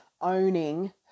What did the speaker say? owning